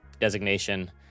designation